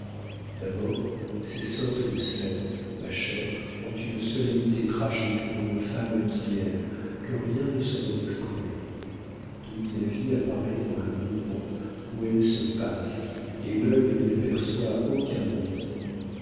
d'abord ces sortes de scènes ma chère ont une solennité tragique pour une femme qui aime que rien ne saurait exprimer toute la vie vous apparaît dans le moment où elles se passent et l'œil n'y aperçoit aucun horizon